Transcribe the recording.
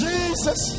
Jesus